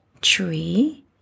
tree